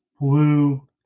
blue